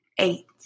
eight